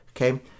okay